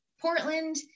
Portland